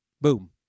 Boom